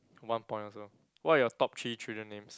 one point also what are your top three children names